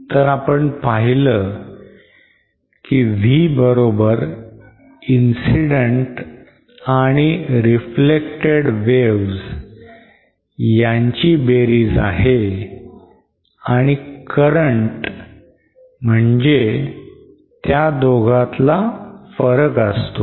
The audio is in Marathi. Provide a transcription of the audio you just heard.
तर आपण पाहिलं की V बरोबर incident आणि the reflected waves यांची बेरीज आहे आणि current म्हणजे त्या दोघातला फरक असतो